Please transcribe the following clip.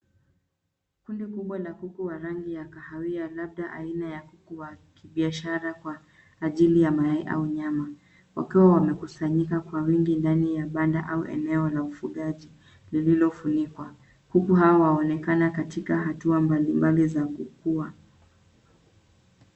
Kundi kubwa la kuku wa rangi ya kahawia labda aina ya kuku wa kibiashara kwa ajili ya mayai au nyama, wakiwa wamekusanyika kwa wingi ndani ya banda au eneo la ufugaji lililofunikwa. Kuku hao waonekana katika hatua mbalimbali za kukua.